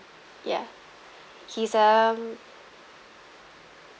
ya he's um